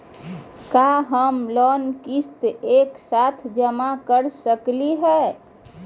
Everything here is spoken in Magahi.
का हम लोन के किस्त एक साथ जमा कर सकली हे?